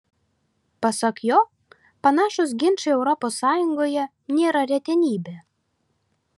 pasak jo panašūs ginčai europos sąjungoje nėra retenybė